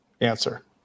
answer